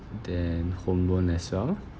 then home loan as well